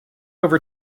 over